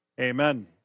Amen